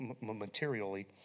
materially